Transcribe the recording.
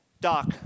doc